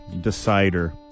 decider